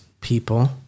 people